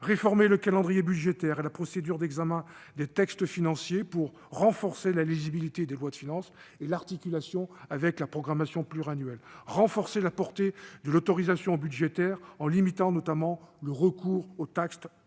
Réformer le calendrier budgétaire et la procédure d'examen des textes financiers pour améliorer la lisibilité des lois de finances et l'articulation avec la programmation pluriannuelle ; renforcer la portée de l'autorisation budgétaire en limitant notamment le recours aux taxes affectées